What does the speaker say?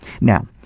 Now